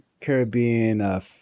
Caribbean